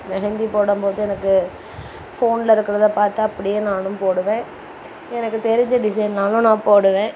மெஹந்தி போடும்போது எனக்கு ஃபோன்ல இருக்கிறத பார்த்து அப்படியே நானும் போடுவேன் எனக்கு தெரிஞ்ச டிசைனாலும் நான் போடுவேன்